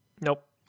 Nope